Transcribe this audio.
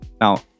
Now